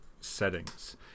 settings